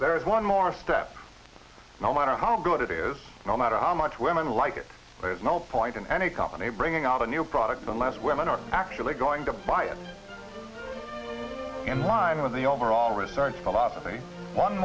there is one more step no matter how good it is no matter how much women like it there is no point in any company bringing out a new product unless women are actually going to buy it in line with the overall research